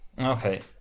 Okay